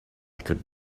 could